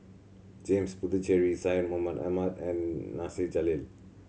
James Puthucheary Syed Mohamed Ahmed and Nasir Jalil